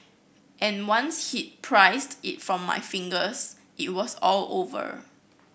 and once he'd prised it from my fingers it was all over